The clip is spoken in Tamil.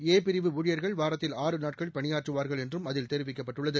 ஏ பிரிவு ஊழியா்கள் வாரத்தில் ஆறு நாட்களும் பணியாற்றுவார்கள் என்றும் அதில் தெரிவிக்கப்பட்டுள்ளது